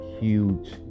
huge